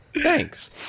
thanks